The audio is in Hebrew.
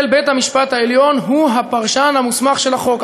בית-המשפט העליון הוא הפרשן המוסמך של החוק.